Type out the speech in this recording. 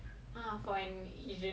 for a guy